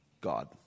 God